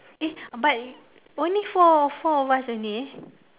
eh but only four for us only